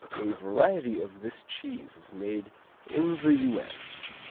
a variety of this cheese is made in the u s.